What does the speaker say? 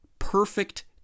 perfect